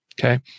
Okay